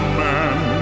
man